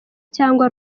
cyangwa